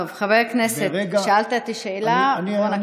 טוב, חבר הכנסת, שאלת את השאלה, בוא נקשיב.